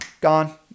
Gone